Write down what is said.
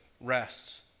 rests